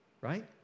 Right